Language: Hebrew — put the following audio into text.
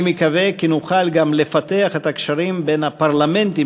אני מקווה כי נוכל גם לפתח את הקשרים בין הפרלמנטים